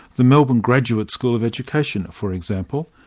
the melbourne graduate school of education, for example,